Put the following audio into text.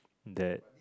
that